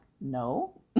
no